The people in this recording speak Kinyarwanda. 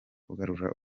ukagura